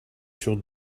sur